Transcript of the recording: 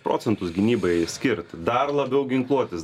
procentus gynybai skirti dar labiau ginkluotis